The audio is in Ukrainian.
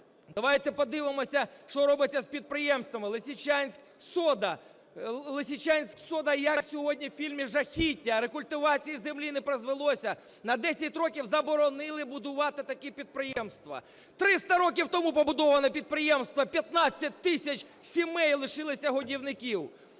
Давайте подивимося, що робиться з підприємствами "Лисичанськсода". "Лисичанськсода", як сьогодні у фільмі жахіття: рекультивація землі не проводилася, на 10 років заборонили будувати такі підприємства. 300 років тому побудоване підприємство, 15 тисяч сімей лишилися годівників.